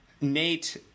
Nate